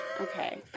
Okay